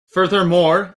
furthermore